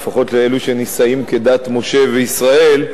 לפחות אלו שנישאים כדת משה וישראל,